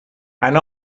anna